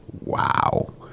Wow